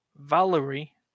Valerie